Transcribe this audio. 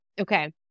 Okay